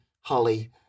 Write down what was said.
Holly